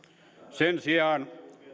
sen sijaan